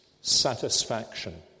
satisfaction